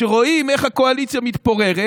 שרואים איך הקואליציה מתפוררת.